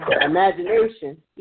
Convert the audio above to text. imagination